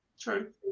True